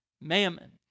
Mammon